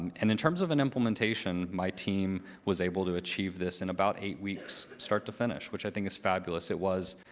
and in terms of an implementation, my team was able to achieve this in about eight weeks, start to finish, which i think is fabulous. it was,